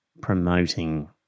promoting